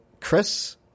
Chris